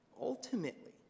ultimately